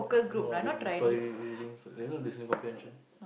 no rin~ story readings you know listening comprehension